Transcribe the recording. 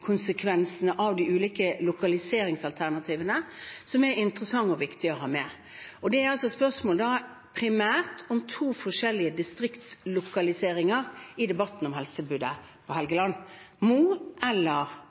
av de ulike lokaliseringsalternativene, som er interessant og viktig å ha med. Det er da primært spørsmål om to forskjellige distriktslokaliseringer i debatten om helsetilbudet på Helgeland, på Mo eller